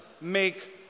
make